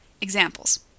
Examples